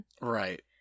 Right